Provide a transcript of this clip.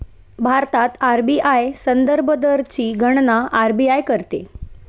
भारतात आर.बी.आय संदर्भ दरची गणना आर.बी.आय करते